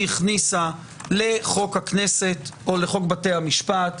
הכניסה לחוק הכנסת או לחוק בתי המשפט,